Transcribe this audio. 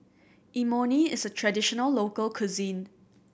imoni is a traditional local cuisine